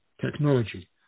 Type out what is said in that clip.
technology